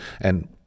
and-